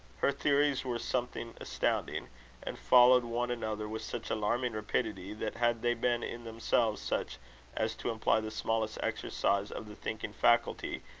her theories were something astounding and followed one another with such alarming rapidity, that had they been in themselves such as to imply the smallest exercise of the thinking faculty,